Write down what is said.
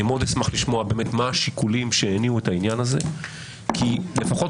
אני מאוד אשמח לשמוע באמת מה השיקולים שהניעו את העניין הזה כי לפחות